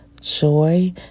joy